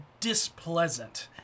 displeasant